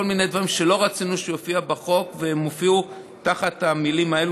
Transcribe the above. כל מיני דברים שלא רצינו שיופיעו בחוק והן הופיעו תחת המילים האלה,